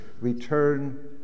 return